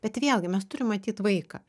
bet vėlgi mes turim matyt vaiką